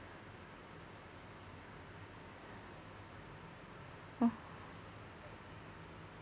oh